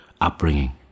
upbringing